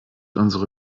unsere